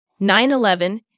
9-11